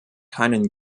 keinen